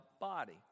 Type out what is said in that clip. body